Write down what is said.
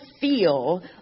feel